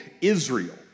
Israel